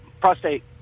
prostate